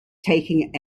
taking